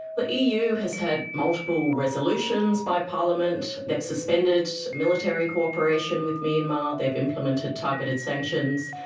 the eu has had multiple resolutions by parliament. they've suspended military cooperation with myanmar. they've implemented targeted sanctions.